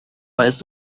weißt